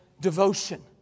devotion